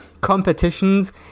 competitions